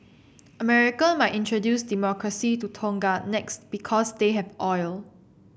American might introduce democracy to Tonga next because they have oil